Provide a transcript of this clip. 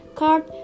card